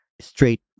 straight